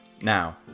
Now